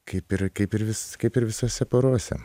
kaip ir kaip ir vis kaip ir visose porose